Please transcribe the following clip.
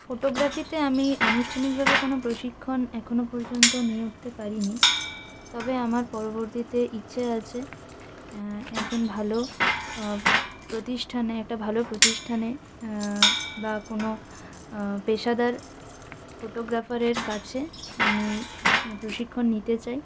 ফটোগ্রাফিতে আমি আনুষ্ঠানিকভাবে কোনও প্রশিক্ষণ এখনও পর্যন্ত নিয়ে উঠতে পারিনি তবে আমার পরবর্তীতে ইচ্ছে আছে একজন ভালো প্রতিষ্ঠানে একটা ভালো প্রতিষ্ঠানে বা কোনও পেশাদার ফোটোগ্রাফারের কাছে আমি প্রশিক্ষণ নিতে চাই